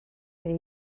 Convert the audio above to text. face